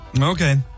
Okay